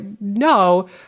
no